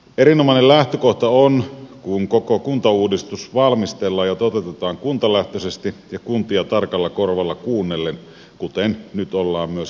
erinomainen lähtökohta on kun koko kuntauudistus valmistellaan ja toteutetaan kuntalähtöisesti ja kuntia tarkalla korvalla kuunnellen kuten nyt ollaan myöskin tekemässä